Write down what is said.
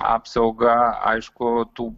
apsaugą aišku tų